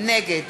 נגד